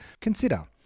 consider